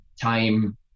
time